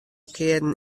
kearen